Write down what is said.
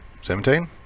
Seventeen